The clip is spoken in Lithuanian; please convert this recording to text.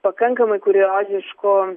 pakankamai kurioziškų